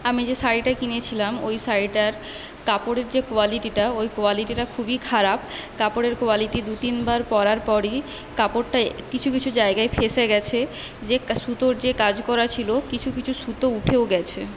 আমি যে শাড়িটা কিনেছিলাম ওই শাড়িটার কাপড়ের যে কোয়ালিটিটা ওই কোয়ালিটিটা খুবই খারাপ কাপড়ের কোয়ালিটি দু তিনবার পড়ার পরই কাপড়টা কিছু কিছু জায়গায় ফেসে গেছে যে ক সুতোর যে কাজ করা ছিল কিছু কিছু সুতো উঠেও গেছে